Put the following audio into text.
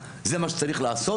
זה מה שצריך לעשות,